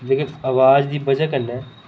जेह्के अवाज दी बजह कन्नै